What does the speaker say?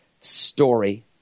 story